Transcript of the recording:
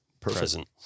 present